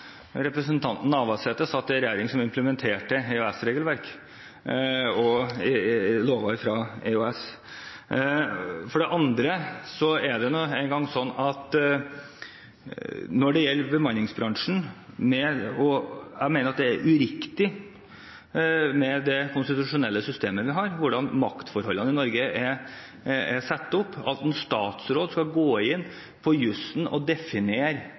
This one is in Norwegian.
representanten Navarsete satt i en regjering som implementerte EØS-regelverk. For det andre er det en gang sånn når det gjelder bemanningsbransjen at jeg mener det er uriktig – med det konstitusjonelle systemet vi har, og hvordan maktforholdene i Norge er satt opp – at en statsråd skal gå inn på jusen og definere